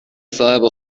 صاحب